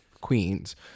Queens